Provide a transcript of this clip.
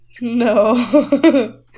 No